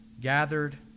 gathered